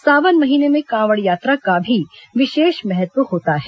सावन महीने में कांवड़ यात्रा का भी विशेष महत्व होता है